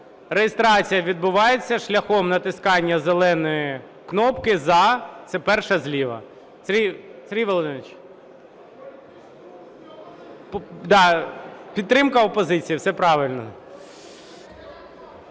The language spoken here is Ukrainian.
реєстрація відбувається шляхом натискання зеленої кнопки "за", це перша зліва.